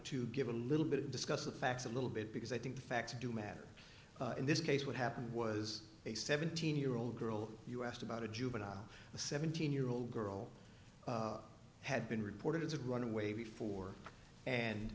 to give a little bit discuss the facts a little bit because i think the facts do matter in this case what happened was a seventeen year old girl you asked about a juvenile the seventeen year old girl had been reported as a runaway before and